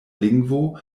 lingvo